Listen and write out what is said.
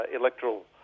electoral